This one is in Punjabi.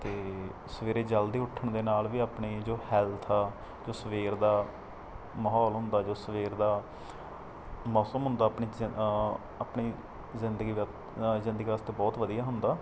ਅਤੇ ਸਵੇਰੇ ਜਲਦੀ ਉੱਠਣ ਦੇ ਨਾਲ ਵੀ ਆਪਣੀ ਜੋ ਹੈਲਥ ਆ ਜੋ ਸਵੇਰ ਦਾ ਮਾਹੌਲ ਹੁੰਦਾ ਜੋ ਸਵੇਰ ਦਾ ਮੌਸਮ ਹੁੰਦਾ ਆਪਣੀ ਆਪਣੀ ਜ਼ਿੰਦਗੀ ਦਾ ਜ਼ਿੰਦਗੀ ਵਾਸਤੇ ਬਹੁਤ ਵਧੀਆ ਹੁੰਦਾ